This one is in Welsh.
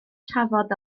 trafod